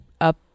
up